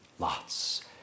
Lots